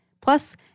Plus